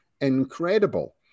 incredible